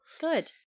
Good